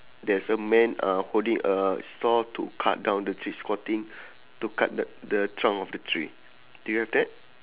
there's a man uh holding a saw to cut down the tree squatting to cut th~ the trunk of the tree do you have that